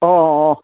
অঁ অঁ অঁ অঁ